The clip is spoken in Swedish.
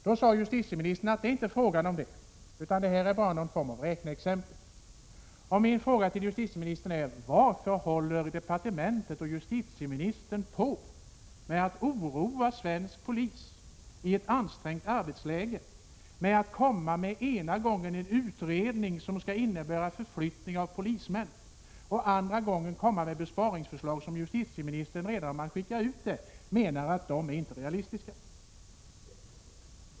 Då sade justitieministern att det inte var fråga om det, utan att det bara var ett slags räkneexempel. Min fråga till justitieministern är: Varför håller departementet och justitieministern på med att oroa svensk polis i ett ansträngande arbetsläge, genom att ena gången komma med en utredning som innebär förflyttning av polismän och andra gången komma med besparingsförslag som justitieministern, redan när han skickar ut dem, anser inte är realistiska?